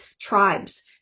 tribes